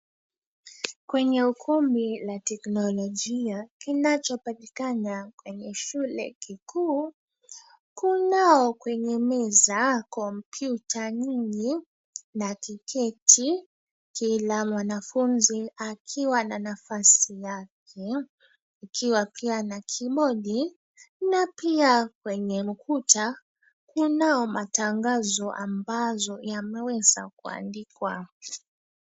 Kwenye ukumbi la teknolojia kinachopatikana kwenye shule kikuu. Kunao kwenye meza kompyuta nyingi na tiketi kila mwanafunzi akiwa na nafasi yake ikiwa pia na kibodi na pia kwenye ukuta kunao matangazo ambazo yameweza kuandikwa